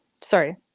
sorry